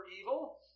evil